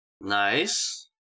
Nice